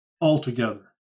altogether